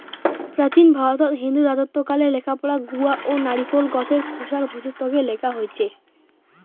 প্রাচীন ভারতত হিন্দু রাজত্বকালে লেখাপড়া গুয়া ও নারিকোল গছের খোসার ভূর্জত্বকে লেখা হইচে